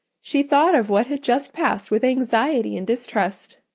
she thought of what had just passed with anxiety and distrust.